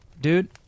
Dude